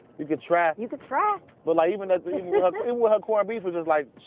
you could try. you could try! but like, even her corned beef was just like